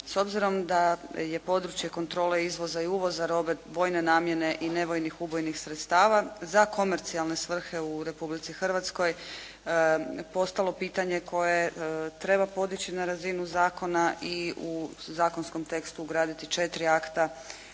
S obzirom da je područje kontrole izvoza i uvoza robe vojne namjene i nevojnih ubojnih sredstava za komercijalne svrhe u Republici Hrvatskoj postalo pitanje koje treba podići na razinu zakona i u zakonskom tekstu ugraditi četiri akta